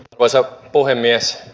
arvoisa puhemies